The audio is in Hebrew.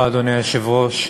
אדוני היושב-ראש,